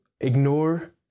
ignore